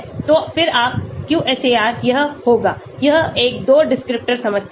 तो फिर आपका QSAR यह होगा यह एक 2 डिस्क्रिप्टर समस्या है